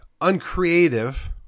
uncreative